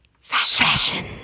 Fashion